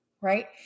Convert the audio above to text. right